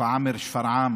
שפרעם